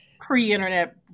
pre-internet